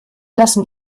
lassen